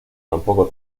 tampoco